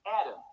Adam